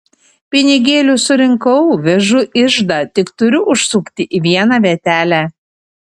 pinigėlius surinkau vežu iždą tik turiu užsukti į vieną vietelę